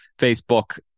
Facebook